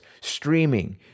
streaming